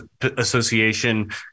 Association